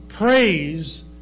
praise